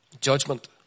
Judgment